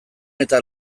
eta